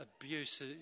abuse